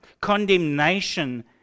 condemnation